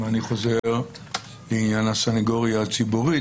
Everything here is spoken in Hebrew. אני חוזר לסנגוריה הציבורית.